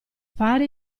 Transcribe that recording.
fare